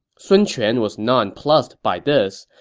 sun quan was nonplussed by this,